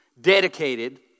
dedicated